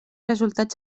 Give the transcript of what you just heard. resultats